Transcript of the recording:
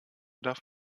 darf